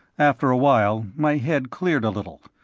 after a while my head cleared a little.